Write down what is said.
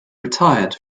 retired